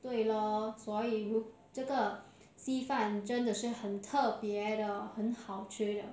对咯所以这个鸡饭真的是很特别的很好吃的